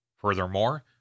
Furthermore